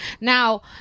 Now